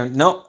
no